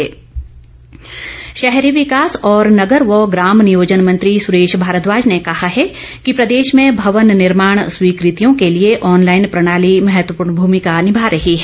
सुरेश भारद्वाज शहरी विकास और नगर व ग्राम नियोजन मंत्री सुरेश भारद्वाज ने कहा है कि प्रदेश में भवन निर्माण स्वीकृतियों के लिए ऑनलाईन प्रणाली महत्वपूर्ण भूमिका निभा रही है